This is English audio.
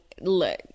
look